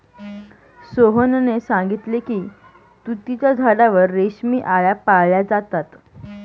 सोहनने सांगितले की तुतीच्या झाडावर रेशमी आळया पाळल्या जातात